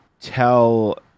tell